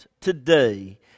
today